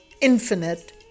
infinite